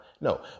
No